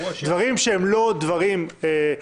דברים שהם לא דחופים,